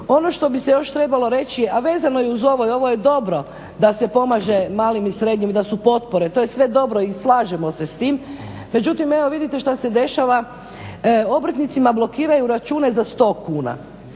Ono što bi se još trebalo reći, a vezano je uz ovo i ovo je dobro da se pomaže malim i srednjim i da su potpore to je sve dobro i slažemo se s tim, međutim evo vidite što se dešava obrtnicima blokiraju račune za 100 kuna,